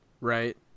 Right